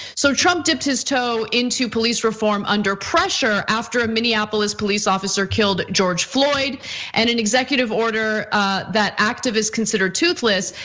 so trump tipped his toe into police reform under pressure after a minneapolis police officer killed george floyd and an executive order that activists considered toothless,